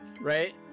Right